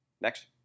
Next